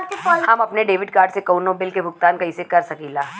हम अपने debit card से कउनो बिल के भुगतान कइसे कर सकीला?